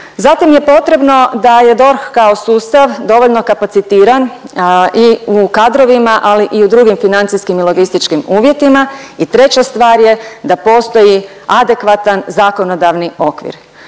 Zatim je potrebno da je DORH kao sustav dovoljno kapacitiran i u kadrovima ali i u drugim financijskim i logističkim uvjetima i treća stvar je da postoji adekvatan zakonodavni okvir.